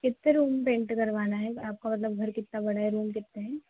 कितने room paint करवाना है आपका मतलब घर कितना बड़ा है रूम कितने हैं